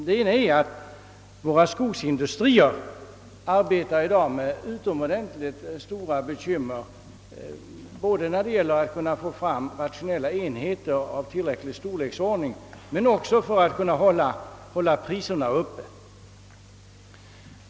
Det ena är att våra skogsindustrier ibland arbetar med utomordentligt stora bekymmer, både när det gäller att få fram rationella enheter av tillräcklig storleksordning och när det gäller att kunna hålla priserna uppe.